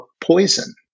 poison